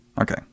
Okay